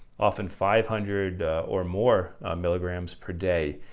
often five hundred or more milligrams per day,